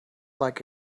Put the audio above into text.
like